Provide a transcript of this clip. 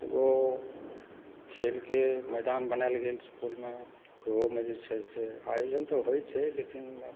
एगो खेलके मैदान बनाओल गेल सुपौलमऽ तऽ ओहो मे जे छै से आयोजन तऽ होइ छै लेकिन